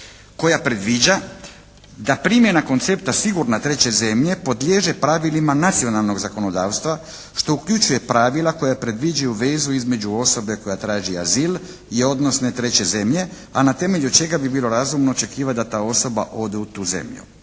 koja predviđa da primjena koncepta sigurna treće zemlje podliježe pravilima nacionalnog zakonodavstva što uključuje pravila koja predviđaju vezu između osobe koja traži azil i odnosne treće zemlje, a na temelju čega bi bilo razumno očekivati da ta osoba ode u tu zemlju.